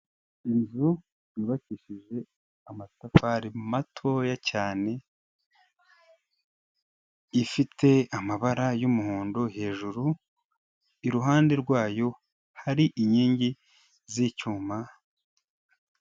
Inzu yubakishije amatafari matoya cyane, ifite amabara y'umuhondo hejuru, iruhande rwayo hari inkingi z'icyuma.